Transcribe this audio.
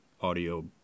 audio